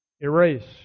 erase